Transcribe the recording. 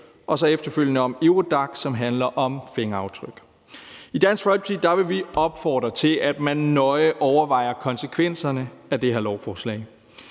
og så efterfølgende om Eurodac, som handler om fingeraftryk. I Dansk Folkeparti vil vi opfordre til, at man nøje overvejer konsekvenserne af det her lovforslag.